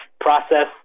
process